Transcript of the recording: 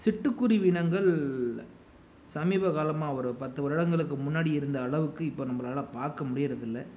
சிட்டுக்குருவி இனங்கள் சமீபகாலமாக ஒரு பத்து வருடங்களுக்கு முன்னாடி இருந்த அளவுக்கு இப்போ நம்பளால் பார்க்க முடிகிறதில்ல